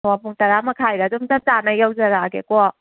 ꯑꯣ ꯄꯨꯡ ꯇꯔꯥ ꯃꯈꯥꯏꯗ ꯑꯗꯨꯝ ꯆꯞ ꯆꯥꯅ ꯌꯧꯖꯔꯛꯑꯒꯦꯀꯣ